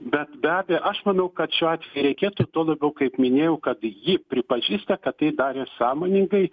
bet be abejo aš manau kad šiuo atveju reikėtų tuo labiau kaip minėjau kad ji pripažįsta kad tai darė sąmoningai